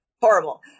horrible